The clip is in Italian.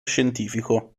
scientifico